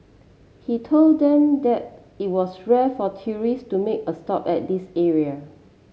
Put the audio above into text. he told them that it was rare for tourist to make a stop at this area